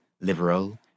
liberal